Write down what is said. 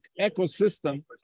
ecosystem